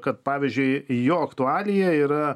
kad pavyzdžiui jo aktualija yra